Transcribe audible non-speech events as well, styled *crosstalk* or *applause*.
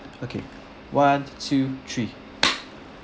okay one two three *noise*